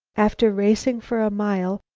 after racing for a mile,